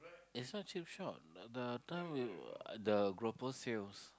it's not cheap shop that time the sales